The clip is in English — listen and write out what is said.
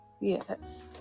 Yes